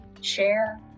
share